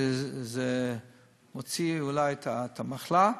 זה מוציא אולי את המחלה,